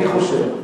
אני חושב,